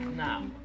Now